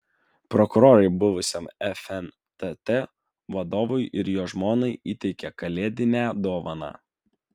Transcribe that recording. prokurorai buvusiam fntt vadovui ir jo žmonai įteikė kalėdinę dovaną